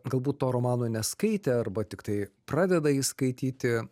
galbūt to romano neskaitė arba tik tai pradeda jį skaityti